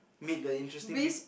meet the interesting peep